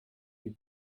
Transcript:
die